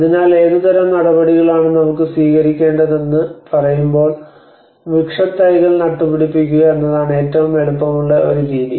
അതിനാൽ ഏതുതരം നടപടികളാണ് നമുക്ക് സ്വീകരിക്കേണ്ടതെന്ന് പറയുമ്പോൾ വൃക്ഷത്തൈകൾ നട്ടുപിടിപ്പിക്കുക എന്നതാണ് ഏറ്റവും എളുപ്പമുള്ള ഒരു രീതി